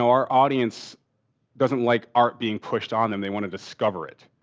our audience doesn't like art being pushed on them, they want to discover it.